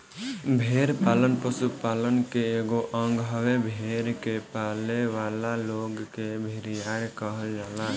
भेड़ पालन पशुपालन के एगो अंग हवे, भेड़ के पालेवाला लोग के भेड़िहार कहल जाला